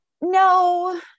no